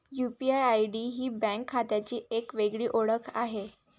UPI ID ही bank खात्याची एक वेगळी ओळख आहे